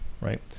right